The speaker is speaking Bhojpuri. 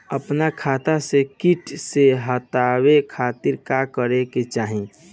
अपना खेत से कीट के हतावे खातिर का करे के चाही?